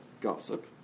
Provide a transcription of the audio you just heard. gossip